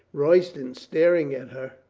royston, staring at her,